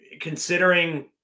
considering